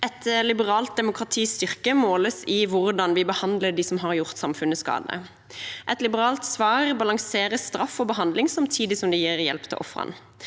Et liberalt demokratis styrke måles i hvordan vi behandler dem som har gjort skade på samfunnet. Et liberalt svar balanserer straff og behandling, samtidig som det gir hjelp til ofrene.